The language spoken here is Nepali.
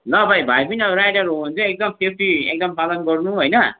ल भाइ भाइ पनि अब राइडर हो भने चाहिँ एकदम सेफ्टी एकदम पालन गर्नु होइन